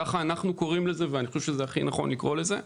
כך אנחנו קוראים לזה ואני חושב שזה הכי נכון לקרוא לזה כך,